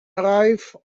arrived